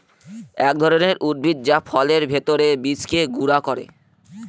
এক ধরনের উদ্ভিদ যা ফলের ভেতর বীজকে গুঁড়া করে